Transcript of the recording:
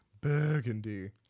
Burgundy